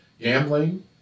gambling